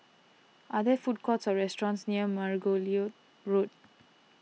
are there food courts or restaurants near Margoliouth Road